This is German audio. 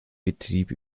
betrieb